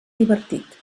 divertit